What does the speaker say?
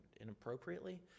inappropriately